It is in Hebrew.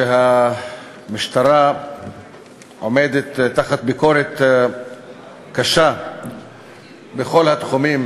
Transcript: שהמשטרה עומדת תחת ביקורת קשה בכל התחומים,